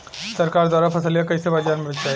सरकार द्वारा फसलिया कईसे बाजार में बेचाई?